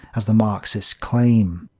as the marxists claim.